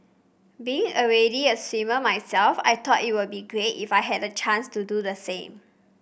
being already a swimmer myself I thought it would be great if I had the chance to do the same